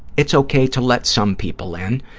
it's okay to let some people in,